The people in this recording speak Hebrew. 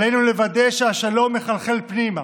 עלינו לוודא שהשלום מחלחל פנימה,